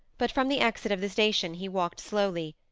but from the exit of the station he walked slowly,